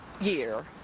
year